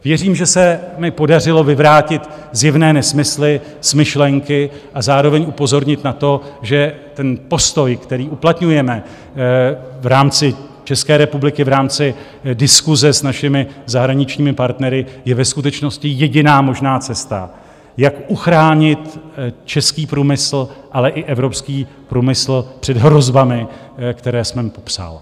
Věřím, že se mi podařilo vyvrátit zjevné nesmysly, smyšlenky a zároveň upozornit na to, že postoj, který uplatňujeme v rámci České republiky, v rámci diskuse s našimi zahraničními partnery, je ve skutečnosti jediná možná cesta, jak uchránit český průmysl, ale i evropský průmysl před hrozbami, které jsme popsal.